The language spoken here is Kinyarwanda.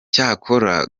cyakora